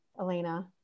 Elena